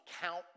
count